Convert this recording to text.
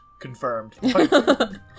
Confirmed